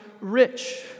rich